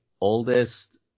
oldest